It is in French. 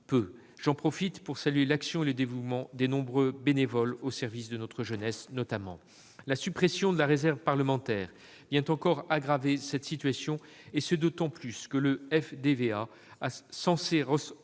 J'en profite pour saluer l'action et le dévouement des nombreux bénévoles au service de notre jeunesse, notamment. La suppression de la réserve parlementaire vient encore aggraver cette situation, et ce d'autant plus que le FDVA, censé